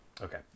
Okay